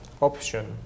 option